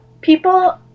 people